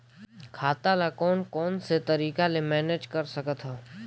खाता ल कौन कौन से तरीका ले मैनेज कर सकथव?